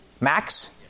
Max